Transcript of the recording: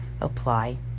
apply